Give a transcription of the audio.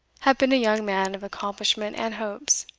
had been a young man of accomplishment and hopes.